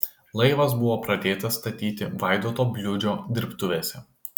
laivas buvo pradėtas statyti vaidoto bliūdžio dirbtuvėse